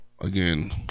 again